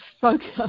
focus